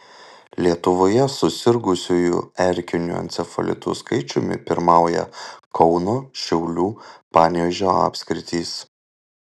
lietuvoje susirgusiųjų erkiniu encefalitu skaičiumi pirmauja kauno šiaulių panevėžio apskritys